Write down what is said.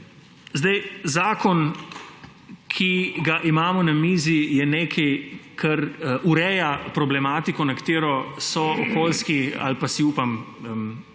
Zakon, ki ga imamo na mizi, je nekaj, kar ureja problematiko, na katero so okoljski ali pa – si upam tukaj